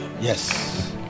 Yes